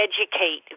educate